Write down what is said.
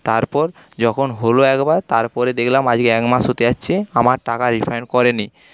তারপর যখন হল একবার তারপরে দেখলাম আজকে এক মাস হতে যাচ্ছে আমার টাকা রিফান্ড করেনি